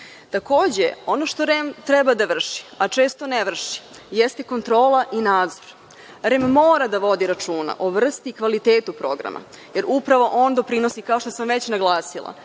društvu. Takođe, ono što REM treba da vrši, a često ne vrši jeste kontrola i nadzor. REM mora da vodi računa o vrsti i kvalitetu programa, jer upravo on doprinosi, kao što sam već naglasila,